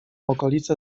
okolicę